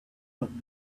but